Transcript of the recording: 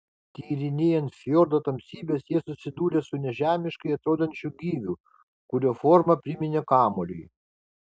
tyrinėjant fjordo tamsybes jie susidūrė su nežemiškai atrodančiu gyviu kurio forma priminė kamuolį